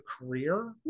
career